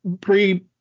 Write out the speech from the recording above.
pre